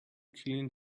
clean